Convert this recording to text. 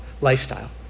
lifestyle